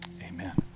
amen